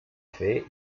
fer